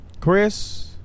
Chris